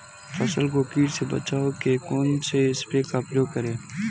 फसल को कीट से बचाव के कौनसे स्प्रे का प्रयोग करें?